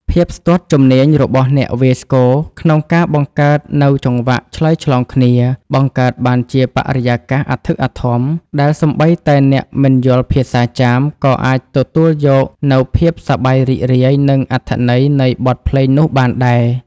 ភាពស្ទាត់ជំនាញរបស់អ្នកវាយស្គរ ក្នុងការបង្កើតនូវចង្វាក់ឆ្លើយឆ្លងគ្នា បង្កើតបានជាបរិយាកាសអធិកអធម ដែលសូម្បីតែអ្នកមិនយល់ភាសាចាម ក៏អាចទទួលយកនូវភាពសប្បាយរីករាយ និងអត្ថន័យនៃបទភ្លេងនោះបានដែរ។